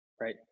right